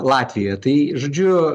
latvijoje tai žodžiu